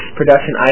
production